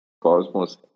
Cosmos